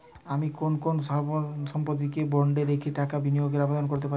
আমি কোন কোন স্থাবর সম্পত্তিকে বন্ডে রেখে টাকা বিনিয়োগের আবেদন করতে পারি?